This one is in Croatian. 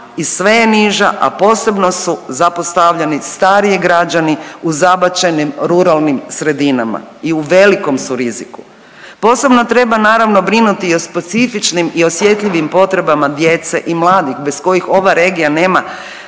i sve je niža, a posebno su zapostavljeni stariji građani u zabačenim ruralnim sredinama i u velikom su riziku. Posebno treba naravno, brinuti i o specifičnim i osjetljivim potrebama djece i mladih bez kojih ova regija nema